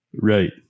Right